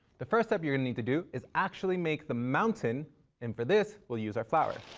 the first step you're gonna need to do is actually make the mountain and for this, we'll use our flour.